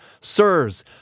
Sirs